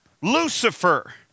Lucifer